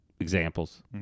Examples